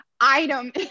item